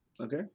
okay